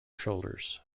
shoulders